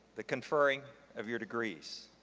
the conferring of your degrees.